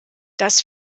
das